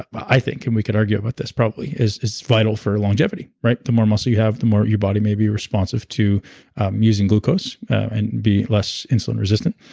i think and we could argue about this probably, is it's vital for longevity, right? the more muscle you have, the more your body may be responsive to using glucose, and be less insulin resistant.